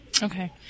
Okay